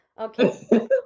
okay